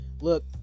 Look